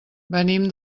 venim